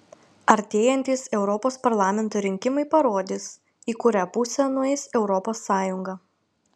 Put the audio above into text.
artėjantys europos parlamento rinkimai parodys į kurią pusę nueis europos sąjunga